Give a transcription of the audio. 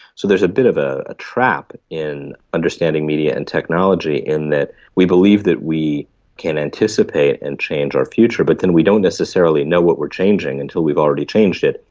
so there's a bit of a trap in understanding media and technology in that we believe that we can anticipate and change our future but then we don't necessarily know what we're changing until we've already changed it,